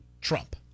Trump